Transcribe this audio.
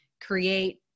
create